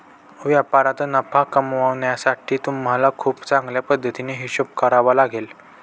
व्यापारात नफा कमावण्यासाठी तुम्हाला खूप चांगल्या पद्धतीने हिशोब करावा लागेल